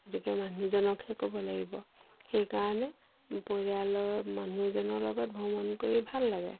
গতিকে মানুহজনকহে ক'ব লাগিব সেইকাৰণে পৰিয়ালৰ মানুহজনৰ লগত ভ্ৰমণ কৰি ভাল লাগে